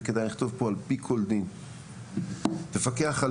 ושכדאי לכתוב פה "על פי כל דין"; "מפקח על